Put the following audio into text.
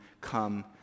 come